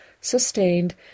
sustained